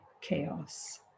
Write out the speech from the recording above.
chaos